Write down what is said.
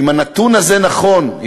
אם הנתון הזה נכון,